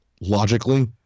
logically